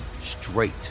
straight